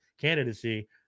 candidacy